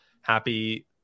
happy